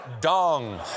dong